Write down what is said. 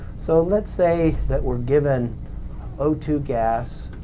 so, let's say that we're given o two gas